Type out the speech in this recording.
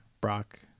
Brock